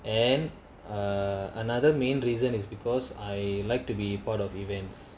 and err another main reason is because I like to be part of events